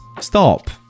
stop